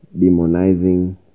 demonizing